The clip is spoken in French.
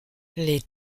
les